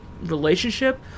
relationship